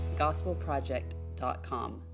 gospelproject.com